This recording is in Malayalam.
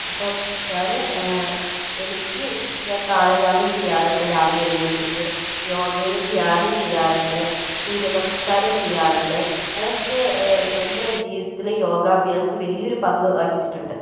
അപ്പം ഞാൻ എനിക്ക് ഞാൻ പ്രാണയാമം ചെയ്യാറുണ്ട് രാവിലെ എഴുന്നേറ്റിട്ട് യോഗേലെ ധ്യാനം ചെയ്യാറുണ്ട് സൂര്യ നമസ്കാരം ചെയ്യാറുണ്ട് അതൊക്കെ എൻ്റെ ജീവിതത്തിലെ യോഗാഭ്യാസത്തിൽ വലിയൊരു പങ്ക് വഹിച്ചിട്ടുണ്ട്